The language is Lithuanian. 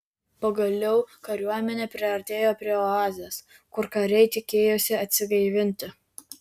pagaliau kariuomenė priartėjo prie oazės kur kariai tikėjosi atsigaivinti